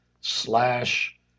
slash